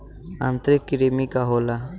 आंतरिक कृमि का होला?